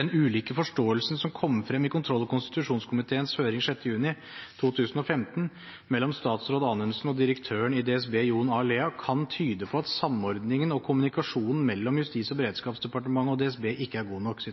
«den ulike forståelsen som kom frem i kontroll- og konstitusjonskomiteens høring 6. juni 2015 mellom statsråd Anundsen og direktøren i DSB Jon A. Lea, kan tyde på at samordningen og kommunikasjonen mellom Justis- og beredskapsdepartementet og DSB ikke er god nok».